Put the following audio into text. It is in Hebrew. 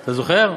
אתה זוכר?